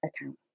account